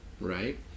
right